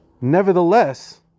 nevertheless